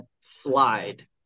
slide